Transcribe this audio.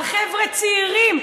על חבר'ה צעירים,